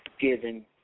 given